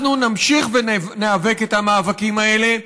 אנחנו נמשיך וניאבק את המאבקים האלה,